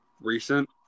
recent